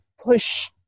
push